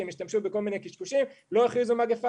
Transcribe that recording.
הם השתמשו בכל מיני קשקושים לא הכריזו מגיפה.